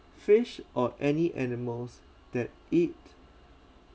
fish or any animals that eat